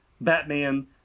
Batman